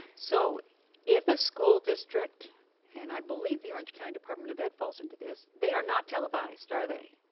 so if a school district and i believe the orange county department of ed falls into this, they are not televised, are they?